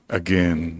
again